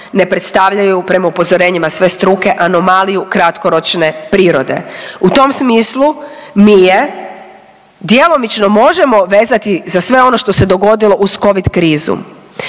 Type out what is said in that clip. ne predstavljaju prema upozorenjima sve struke anomaliju kratkoročne prirode. U tom smislu mi je djelomično možemo vezati za sve ono što se dogodilo uz Covid krizu,